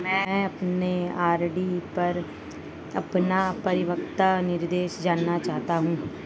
मैं अपने आर.डी पर अपना परिपक्वता निर्देश जानना चाहता हूं